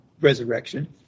resurrection